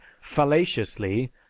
fallaciously